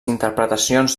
interpretacions